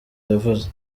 yavuze